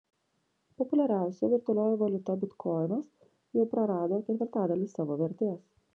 populiariausia virtualioji valiuta bitkoinas jau prarado ketvirtadalį savo vertės